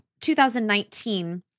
2019